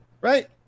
right